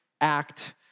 act